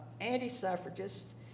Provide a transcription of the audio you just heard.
anti-suffragists